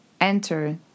enter